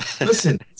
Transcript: Listen